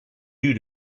due